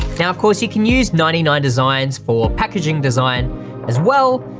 now of course you can use ninety nine designs for packaging design as well,